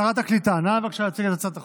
שרת הקליטה, בבקשה, נא להציג את הצעת החוק.